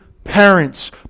Parents